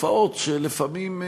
לתופעות שלפעמים,